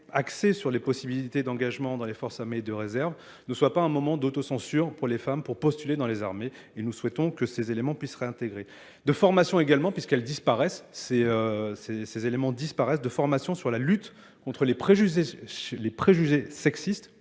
axée sur les possibilités d'engagement dans les forces armées et de réserve ne soit pas un moment d'autocensure pour les femmes pour postuler dans les armées et nous souhaitons que ces éléments puissent réintégrer. De formation également puisqu'elles disparaissent, ces éléments disparaissent de formation sur la lutte contre les préjugés sexistes